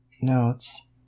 Notes